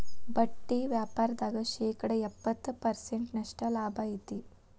ಬಟ್ಟಿ ವ್ಯಾಪಾರ್ದಾಗ ಶೇಕಡ ಎಪ್ಪ್ತತ ಪರ್ಸೆಂಟಿನಷ್ಟ ಲಾಭಾ ಐತಿ